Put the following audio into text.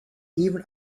even